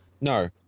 No